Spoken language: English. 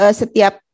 setiap